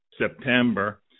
September